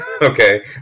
okay